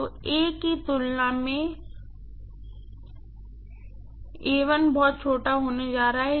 तो की तुलना में बहुत छोटा होने जा रहा है